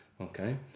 Okay